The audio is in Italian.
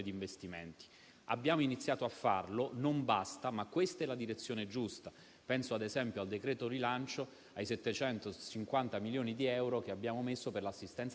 Infine, mi consenta di ricordare un punto, che era contenuto nell'interrogazione e che a me sembra di particolare rilievo. Nella giornata del 28 luglio ho istituito la nuova Commissione